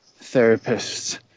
therapists